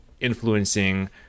influencing